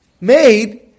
made